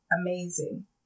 amazing